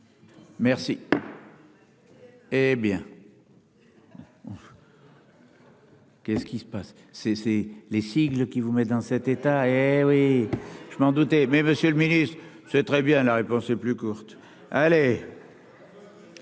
Merci, hé bien. Qu'est-ce qui se passe c'est c'est les sigles qui vous met dans cet état, oui je m'en doutais mais Monsieur le Ministre, c'est très bien, la réponse est plus courte, allez.